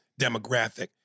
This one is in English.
demographic